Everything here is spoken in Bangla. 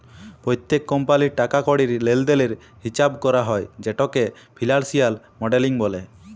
প্যত্তেক কমপালির টাকা কড়ির লেলদেলের হিচাব ক্যরা হ্যয় যেটকে ফিলালসিয়াল মডেলিং ব্যলে